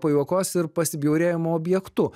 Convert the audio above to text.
pajuokos ir pasibjaurėjimo objektu